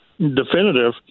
definitive